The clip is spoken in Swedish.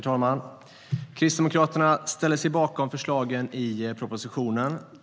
Herr talman! Kristdemokraterna ställer sig bakom förslagen i propositionen.